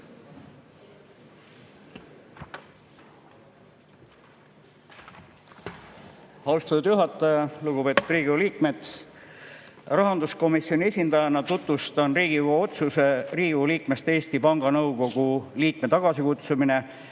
Austatud juhataja! Lugupeetud Riigikogu liikmed! Rahanduskomisjoni esindajana tutvustan Riigikogu otsuse "Riigikogu liikmest Eesti Panga Nõukogu liikme tagasikutsumine